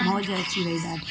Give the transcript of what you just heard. मौज अची वई ॾाढी